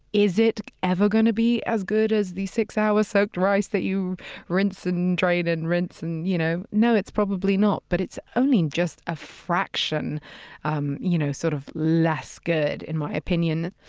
is it ever going to be as good as the six-hour ah soaked rice that you rinse and drain and rinse? and you know no, it's probably not, but it's only just a fraction um you know sort of less good, in my opinion.